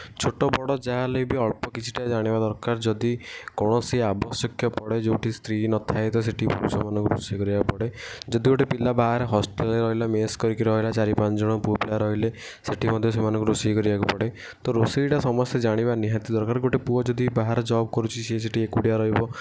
ଛୋଟ ବଡ଼ ଯାହା ହେଲେ ବି ଅଳ୍ପ କିଛିଟା ଜାଣିବା ଦରକାର ଯଦି କୌଣସି ଆବଶ୍ୟକ ପଡ଼େ ଯେଉଁଠି ସ୍ତ୍ରୀ ନଥାଏ ସେଠି ପୁରୁଷମାନଙ୍କୁ ରୋଷେଇ କରିବାକୁ ପଡ଼େ ଯଦି ଗୋଟିଏ ପିଲା ବାହାରେ ହଷ୍ଟେଲ୍ରେ ରହିଲା ମେସ୍ କରିକି ରହିଲା ଚାରି ପାଞ୍ଚ ଜଣ ପୁଅ ପିଲା ରହିଲେ ସେଠି ମଧ୍ୟ ସେମାନଙ୍କୁ ରୋଷେଇ କରିବାକୁ ପଡ଼େ ତ ରୋଷେଇଟା ସମସ୍ତେ ଜାଣିବା ନିହାତି ଦରକାର ଗୋଟିଏ ପୁଅ ଯଦି ବାହାରେ ଜବ୍ କରୁଛି ସେ ସେଇଠି ଏକୁଟିଆ ରହିବ